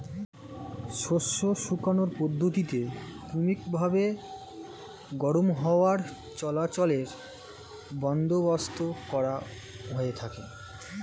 শস্য শুকানোর পদ্ধতিতে কৃত্রিমভাবে গরম হাওয়া চলাচলের বন্দোবস্ত করা হয়ে থাকে